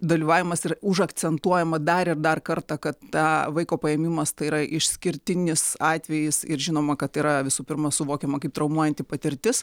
dalyvavimas ir užakcentuojama dar ir dar kartą kad tą vaiko paėmimas tai yra išskirtinis atvejis ir žinoma kad yra visų pirma suvokiama kaip traumuojanti patirtis